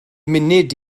munud